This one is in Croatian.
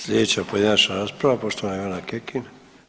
Slijedeća pojedinačna rasprava poštovana Ivana Kekin.